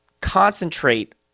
concentrate